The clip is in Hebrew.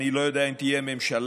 ואני לא יודע אם תהיה ממשלה,